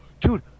Dude